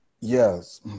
Yes